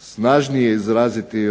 snažnije izraziti